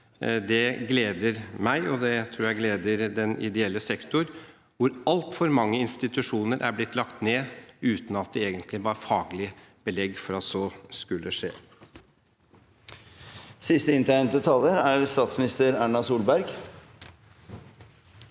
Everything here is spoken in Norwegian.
Det gleder meg, og det tror jeg gleder den ideelle sektor, hvor altfor mange institusjoner er blitt lagt ned uten at det egentlig var faglig belegg for at så skulle skje. Statsminister Erna Solberg